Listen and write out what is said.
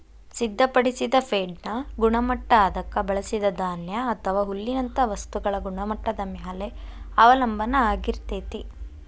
ಸಿದ್ಧಪಡಿಸಿದ ಫೇಡ್ನ ಗುಣಮಟ್ಟ ಅದಕ್ಕ ಬಳಸಿದ ಧಾನ್ಯ ಅಥವಾ ಹುಲ್ಲಿನಂತ ವಸ್ತುಗಳ ಗುಣಮಟ್ಟದ ಮ್ಯಾಲೆ ಅವಲಂಬನ ಆಗಿರ್ತೇತಿ